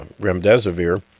remdesivir